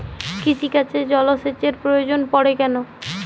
কৃষিকাজে জলসেচের প্রয়োজন পড়ে কেন?